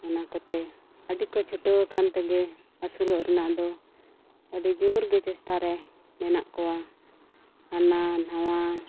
ᱚᱱᱟ ᱠᱚᱛᱮ ᱟᱹᱰᱤ ᱠᱚ ᱪᱷᱩᱴᱟᱹᱣ ᱟᱠᱟᱱ ᱛᱮᱜᱮ ᱟᱹᱥᱩᱞᱚᱜ ᱨᱮᱱᱟᱜ ᱫᱚ ᱟᱹᱰᱤ ᱡᱳᱨ ᱜᱮ ᱪᱮᱥᱴᱟ ᱨᱮ ᱢᱮᱱᱟᱜ ᱠᱚᱣᱟ ᱦᱟᱱᱟ ᱱᱷᱟᱣᱟ